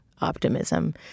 optimism